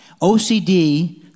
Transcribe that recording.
OCD